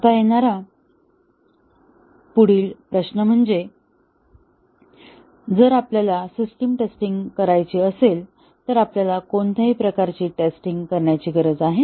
आता येणारा पुढील प्रश्न म्हणजे जर आपल्याला सिस्टम टेस्टिंग करायची असेल तर आपल्याला कोणत्या प्रकारची टेस्टिंग करण्याची गरज आहे